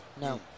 No